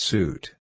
Suit